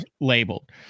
labeled